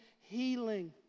healing